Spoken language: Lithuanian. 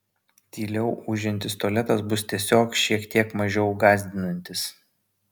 tyliau ūžiantis tualetas bus tiesiog šiek tiek mažiau gąsdinantis